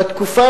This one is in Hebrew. בתקופה